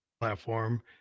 platform